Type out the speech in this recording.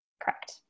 Correct